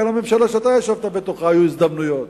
גם לממשלה שאתה ישבת בה היו הזדמנויות